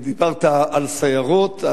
דיברת על סיירות,